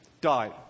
died